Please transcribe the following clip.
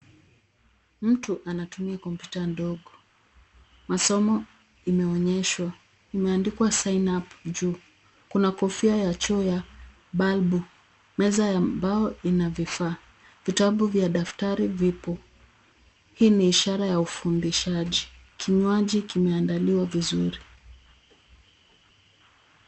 Mtu anatumia kompyuta ndogo. Masomo imeonyeshwa. Imeandikwa sign up juu. Kuna kofia ya chuo ya balbu, meza ya mbao ina vifaa. Vitabu vya daftari vipo. Hii ni ishara ya ufundishaji. Kinywaji kimeandaliwa vizuri.